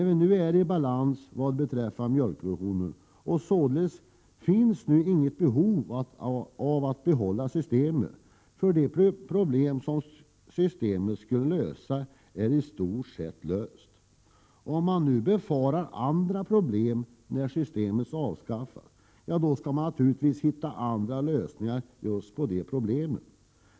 När vi nu är i balans beträffande mjölkproduktionen, finns det inget behov av att behålla systemet. Om man nu befarar andra problem när systemet avskaffas, skall man naturligtvis hitta lösningar på just dessa problem.